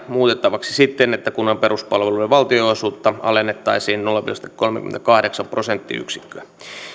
muutettavaksi siten että kunnan peruspalveluiden valtionosuutta alennettaisiin nolla pilkku kolmekymmentäkahdeksan prosenttiyksikköä